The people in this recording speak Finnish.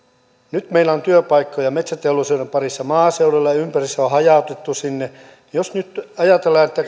nyt meillä on työpaikkoja metsäteollisuuden parissa maaseudulla ja ympäri se on hajautettu sinne ja jos nyt ajatellaan että